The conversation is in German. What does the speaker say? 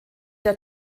der